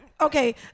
okay